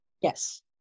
Yes